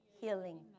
healing